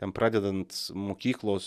ten pradedant mokyklos